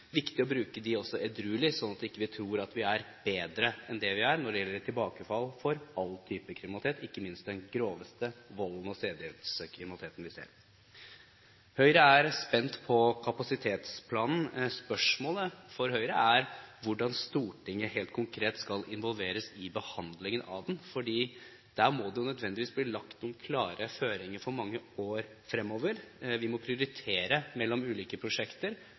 viktig å bruke dem edruelig, slik at vi ikke tror vi er bedre enn det vi er når det gjelder tilbakefall for all type kriminalitet, ikke minst den groveste volden og sedelighetskriminaliteten vi ser. Høyre er spent på kapasitetsplanen. Spørsmålet for Høyre er hvordan Stortinget helt konkret skal involveres i behandlingen av den, for der må det nødvendigvis bli lagt noen klare føringer for mange år fremover. Vi må prioritere mellom ulike prosjekter,